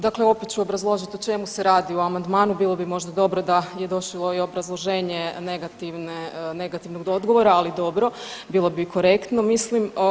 Dakle opet ću obrazložiti o čemu se radi u amandmanu, bilo bi možda dobro da je došlo i obrazloženje negativnog odgovora, ali dobro, bilo bi korektno mislim.